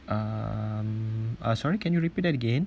um sorry can you repeat that again